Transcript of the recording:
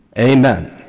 amen.